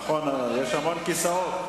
נכון, יש המון כיסאות.